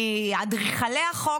מאדריכלי החוק,